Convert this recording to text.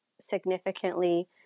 significantly